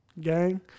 Gang